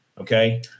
Okay